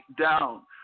down